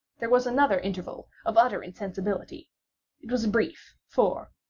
there was another interval of utter insensibility it was brief for,